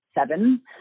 seven